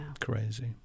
crazy